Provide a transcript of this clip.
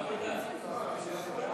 החלטת ועדת החוקה,